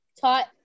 taught